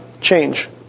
change